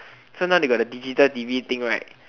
so now they got the digital t_v thing right